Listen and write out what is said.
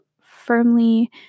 firmly